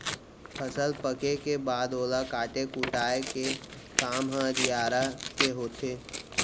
फसल पके के बाद ओला काटे कुटाय के काम ह अधियारा के होथे